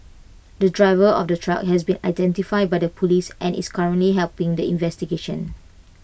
the driver of the truck has been identified by the Police and is currently helping the investigations